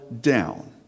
down